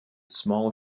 small